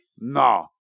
No